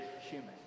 human